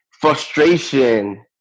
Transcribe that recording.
frustration